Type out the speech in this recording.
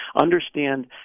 understand